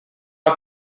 are